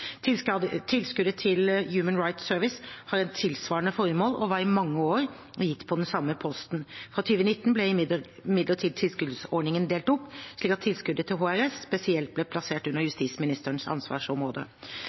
Tilskuddet til Human Rights Service har et tilsvarende formål og var i mange år gitt over den samme posten. Fra 2019 ble imidlertid tilskuddsordningen delt opp, slik at tilskuddet til HRS spesielt ble plassert under